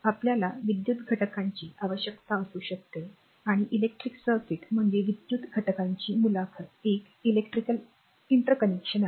आपल्याला विद्युत घटकांची आवश्यकता असू शकते आणि इलेक्ट्रिक सर्किट म्हणजे विद्युत घटकांची मुलाखत एक इलेक्ट्रिकल इंटरकनेक्शन आहे